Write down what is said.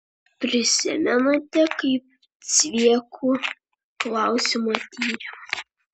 prisimenate kaip cviekų klausimą tyrėm